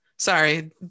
Sorry